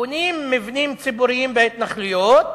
בונים מבנים ציבוריים בהתנחלויות,